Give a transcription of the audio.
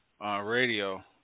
Radio